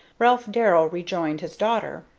ralph darrell rejoined his daughter.